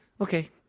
Okay